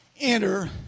enter